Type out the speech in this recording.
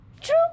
True